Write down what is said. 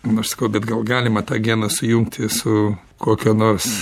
nors ko bet gal galima tą geną sujungti su kokia nors